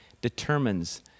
determines